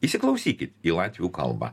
įsiklausykit į latvių kalbą